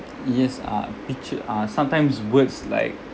yes uh picture uh sometimes words like